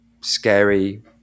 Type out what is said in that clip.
scary